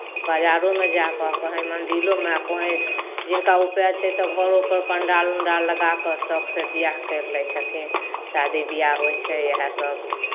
बाजारोमे जा कऽ कहेँ मन्दिरोमे कहेँ जिनका उपाय छै तऽ घरोपर पण्डाल उण्डाल लगा कऽ शौखसँ बियाह करि लै छथिन शादी बियाह होइ छै इएहसभ